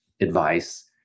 advice